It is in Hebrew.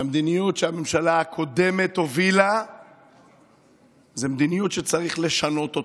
והמדיניות שהממשלה הקודמת הובילה היא מדיניות שצריך לשנות.